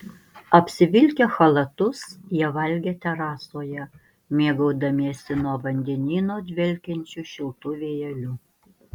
apsivilkę chalatus jie valgė terasoje mėgaudamiesi nuo vandenyno dvelkiančiu šiltu vėjeliu